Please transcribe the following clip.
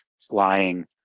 flying